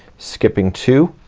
skipping two,